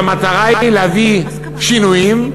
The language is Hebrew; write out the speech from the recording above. שהמטרה היא להביא שינויים,